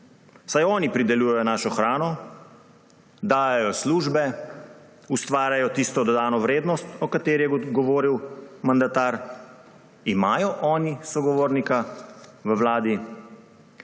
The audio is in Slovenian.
saj oni pridelujejo našo hrano, dajejo službe, ustvarjajo tisto dodano vrednost, o kateri je govoril mandatar? Imajo oni sogovornika v vladi?